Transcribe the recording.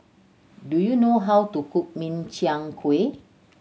do you know how to cook Min Chiang Kueh